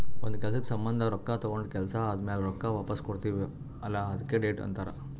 ಒಂದ್ ಕೆಲ್ಸಕ್ ಸಂಭಂದ ರೊಕ್ಕಾ ತೊಂಡ ಕೆಲ್ಸಾ ಆದಮ್ಯಾಲ ರೊಕ್ಕಾ ವಾಪಸ್ ಕೊಡ್ತೀವ್ ಅಲ್ಲಾ ಅದ್ಕೆ ಡೆಟ್ ಅಂತಾರ್